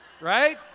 right